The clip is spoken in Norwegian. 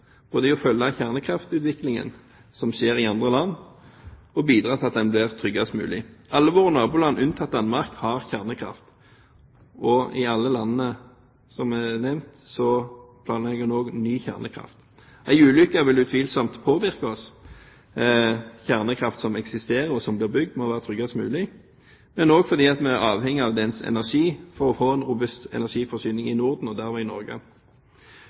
å være med på det som skjer, og følge kjernekraftutviklingen som skjer i andre land, og bidra til at den blir tryggest mulig. Alle våre naboland unntatt Danmark har kjernekraft, og i alle de nevnte landene planlegger en også ny kjernekraft. En ulykke vil utvilsomt påvirke oss. Kjernekraftverk som eksisterer eller blir bygd, må være tryggest mulig – også fordi vi er avhengig av deres energi for å få en robust energiforsyning i Norden og derved i